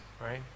right